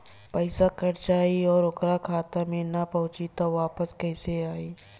पईसा कट जाई और ओकर खाता मे ना पहुंची त वापस कैसे आई?